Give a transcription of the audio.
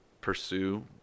pursue